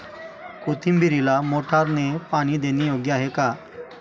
कोथिंबीरीला मोटारने पाणी देणे योग्य आहे का?